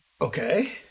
Okay